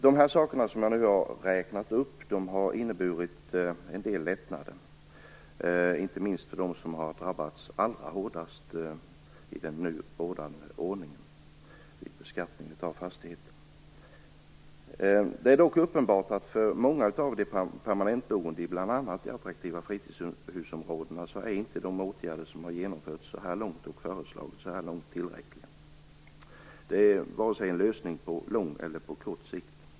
De åtgärder som jag nu har räknat upp har inneburit en del lättnader, inte minst för dem som har drabbats allra hårdast i den nu rådande ordningen vid beskattning av fastigheter. Det är dock uppenbart att för många av de permanentboende i bl.a. de attraktiva fritidshusområdena är inte de åtgärder som hittills har föreslagits och genomförts tillräckliga. De är inte någon lösning på vare sig kort eller lång sikt.